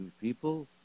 people